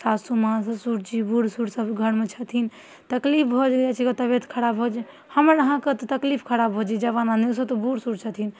सासु माँ ससुरजी बूढ़सूढ़सभ घरमे छथिन तकलीफ भऽ जाइए तबिअत खराब भऽ जाइए हमर अहाँके तऽ तकलीफ खराब भऽ जाइए जवान आदमी तऽ ओसभ तऽ बूढ़सूढ़ छथिन